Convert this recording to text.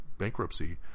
Bankruptcy